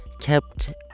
kept